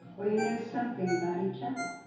or you know something about each other